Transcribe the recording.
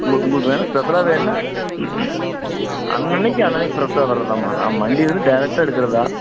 உங்களுக் உங்களுக்கு வேணால் ஸ்பெஷலாக வேணால் அன்னனிக்கி அன்னனிக்கி ஃப்ரஷ்ஷாக வர்றதாம்மா நான் மண்டியிலருந்து டேரெட்டாக எடுக்கிறதுதான்